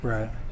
Right